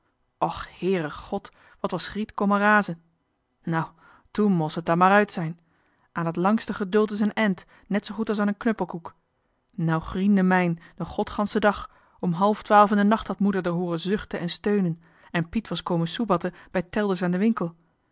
och heere god wat was griet kommen razen nou toen mo's et dan maar uit zijn aan het langste geduld is een end net zoo goed as an knuppelkoek nou griende mijn den godganschen dag om half twaalf in de nacht had moeder d'er hooren zuchten en steunen en piet was komen soebatten bij telders aan de winkel